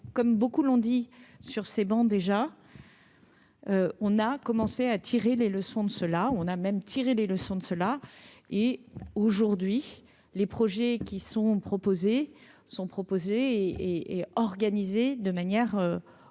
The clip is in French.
comme beaucoup l'ont dit sur ces bancs déjà. On a commencé à tirer les leçons de ce là on a même tiré les leçons de cela et aujourd'hui les projets qui sont proposés sont proposées et organisé de manière beaucoup